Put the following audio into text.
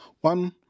One